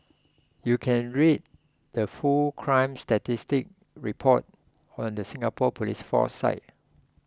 you can read the full crime statistics report on the Singapore police force site